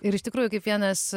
ir iš tikrųjų kaip vienas